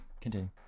continue